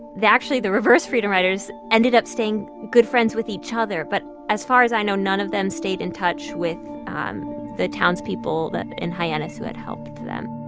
they actually the reverse freedom riders ended up staying good friends with each other. but as far as i know, none of them stayed in touch with um the townspeople in hyannis who had helped them